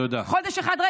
חודש אחד, תודה.